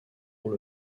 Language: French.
rôle